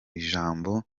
ijambo